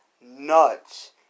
nuts